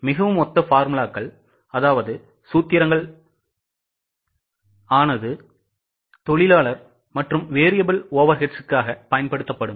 மிகவும் ஒத்த சூத்திரங்கள் தொழிலாளர் மற்றும் variable overheadsகாக பயன்படுத்தப்படும்